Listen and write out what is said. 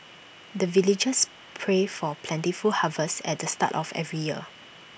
the villagers pray for plentiful harvest at the start of every year